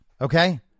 okay